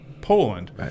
Poland